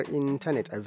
internet